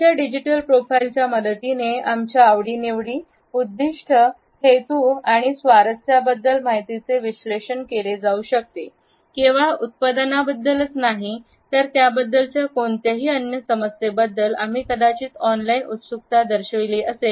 आमच्या डिजिटल प्रोफाइलच्या मदतीने आमच्या आवडीनिवडी उद्दिष्ट हेतू आणि स्वारस्याबद्दल माहितीचे विश्लेषण केले जाऊ शकते केवळ उत्पादनाबद्दलच नाही तर त्याबद्दलच्या कोणत्याही अन्य समस्येबद्दल आम्ही कदाचित ऑनलाइन उत्सुकता दर्शविली असेल